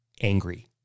angry